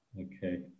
Okay